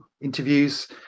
interviews